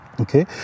Okay